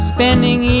Spending